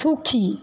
সুখী